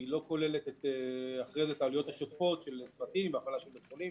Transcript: לא כולל עלויות שוטפות של צוותים והפעלה של בית החולים,